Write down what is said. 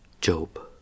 Job